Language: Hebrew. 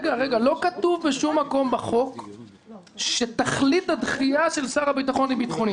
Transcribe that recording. לא כתוב בשום מקום בחוק שתכלית הדחייה של שר הביטחון היא ביטחונית.